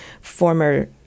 former